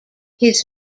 his